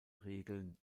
regeln